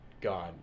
God